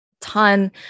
ton